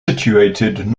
situated